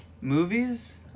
movies